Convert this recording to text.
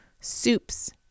soups